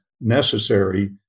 necessary